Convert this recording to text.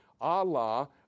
Allah